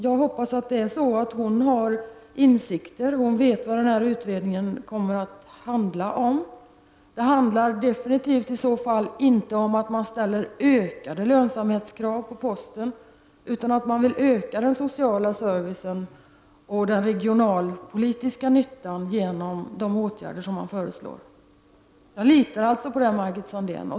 Jag hoppas att hon har insikter, att hon vet vad utredningen kommer att handla om. Det handlar i så fall definitivt inte om att ställa ökade lönsamhetskrav på posten, utan om en vilja att öka den sociala servicen och den regionalpolitiska nyttan genom de åtgärder man föreslår. Jag litar alltså på det, Margit Sandéhn.